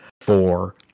four